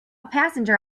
passenger